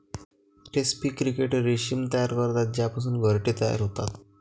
रेस्पी क्रिकेट रेशीम तयार करतात ज्यापासून घरटे तयार होतात